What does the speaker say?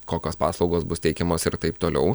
kokios paslaugos bus teikiamos ir taip toliau